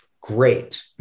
Great